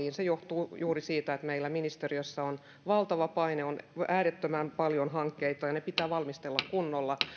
saliin se johtuu juuri siitä että meillä ministeriössä on valtava paine on äärettömän paljon hankkeita ja ne pitää valmistella kunnolla